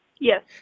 Yes